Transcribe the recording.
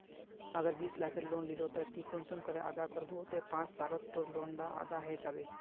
अगर बीस लाखेर लोन लिलो ते ती कुंसम करे अदा करबो ते पाँच सालोत तोर लोन डा अदा है जाबे?